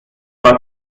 was